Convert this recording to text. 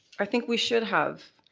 i think we should have.